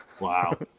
Wow